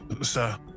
sir